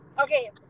okay